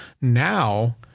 Now